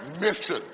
mission